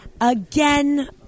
Again